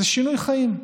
זה שינוי חיים.